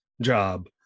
job